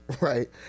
Right